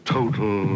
Total